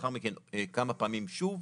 ולאחר מכן כמה פעמים שוב.